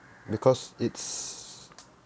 because it's